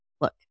look